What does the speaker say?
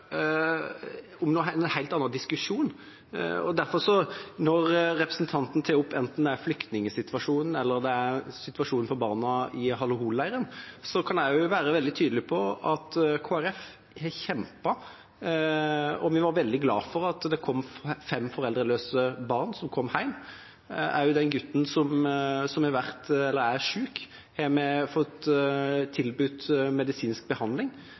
om en helt annen diskusjon. Derfor: Når representanten tar opp enten det er flyktningsituasjonen eller det er situasjonen for barna i Al-Hol-leiren, kan jeg være veldig tydelig på at Kristelig Folkeparti har kjempet, og vi var veldig glad for at fem foreldreløse barn kom hjem. Også den gutten som er syk, har vi tilbudt medisinsk behandling. Når det gjelder flyktningsituasjonen, er vi veldig opptatt av at Norge har